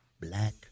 black